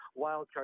wildcard